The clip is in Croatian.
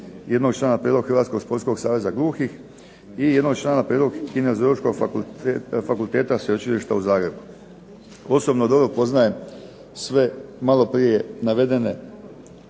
jednog člana prijedlog Hrvatskog sportskog saveza gluhih i jednog člana prijedlog Kineziološkog fakulteta sveučilišta u Zagrebu. Osobno dobro poznajem sve malo prije navedene